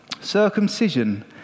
Circumcision